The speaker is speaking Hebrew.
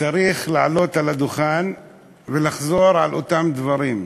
צריך לעלות על הדוכן ולחזור על אותם דברים?